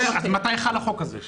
מתי חל החוק הזה?